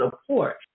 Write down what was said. support